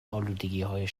الودگیهای